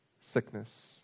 sickness